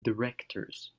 directors